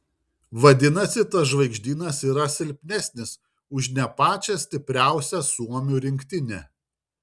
vadinasi tas žvaigždynas yra silpnesnis už ne pačią stipriausią suomių rinktinę